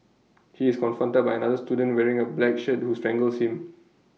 he is confronted by another student wearing A black shirt who strangles him